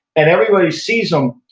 and everybody sees them,